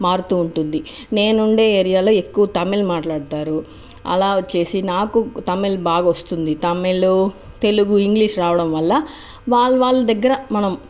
మారుతూ ఉంటుంది నేను ఉండే ఏరియాలో ఎక్కువ తమిళ్ మాట్లాడుతారు అలా వచ్చేసి నాకు తమిళ్ బాగ వస్తుంది తమిళు తెలుగు ఇంగ్లీష్ రావడం వల్ల వాళ్ళ వాళ్ళ దగ్గర మనం